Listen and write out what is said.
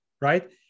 right